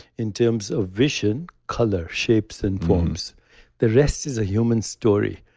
in terms of vision, color, shapes and forms the rest is a human story,